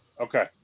Okay